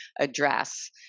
address